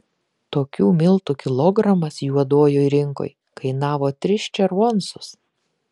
tokių miltų kilogramas juodojoj rinkoj kainavo tris červoncus